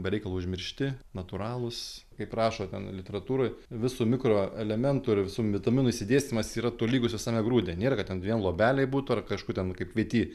be reikalo užmiršti natūralūs kaip rašo ten literatūroj visų mikroelementų ir visų vitaminų išsidėstymas yra tolygus visame grūde nėra ką ten vien luobelėj būtų ar kažkur ten kaip kviety